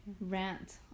rant